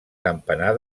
campanar